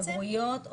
בגרויות,